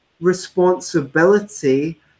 responsibility